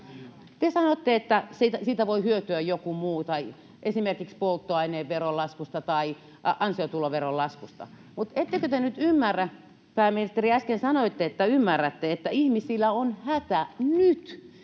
Te sanotte, että siitä voi hyötyä joku muu, esimerkiksi polttoaineveron laskusta tai ansiotuloveron laskusta. Mutta ettekö te nyt ymmärrä, pääministeri, — äsken sanoitte, että ymmärrätte